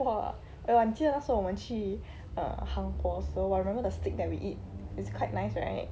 !wah! eh but 你记得那时候我们去 err 韩国的时候 I remember the steak that we eat is quite nice right